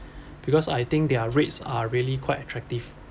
because I think their rates are really quite attractive